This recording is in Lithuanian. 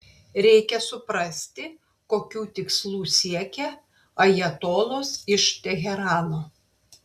reikia suprasti kokių tikslų siekia ajatolos iš teherano